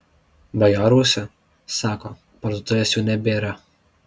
bajoruose sako parduotuvės jau nebėra